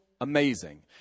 amazing